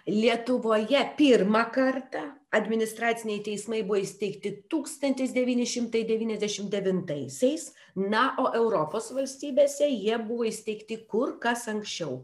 lietuvoje pirmą kartą administraciniai teismai buvo įsteigti tūkstantis devyni šimtai devyniasdešim devintaisiais na o europos valstybėse jie buvo įsteigti kur kas anksčiau